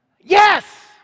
Yes